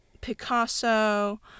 Picasso